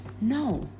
no